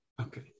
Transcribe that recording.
Okay